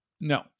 No